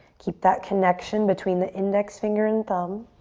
keep that connection between the index finger and thumb.